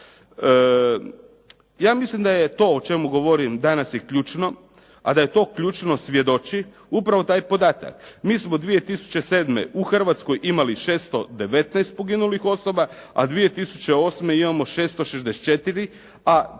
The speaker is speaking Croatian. Ja mislim da je to o čemu govorim danas i ključno. A da je to ključno svjedoči upravo taj podatak. Mi smo 2007. u Hrvatskoj imali 619 poginulih osoba, a 2008. imamo 664.